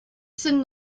send